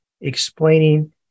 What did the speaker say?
explaining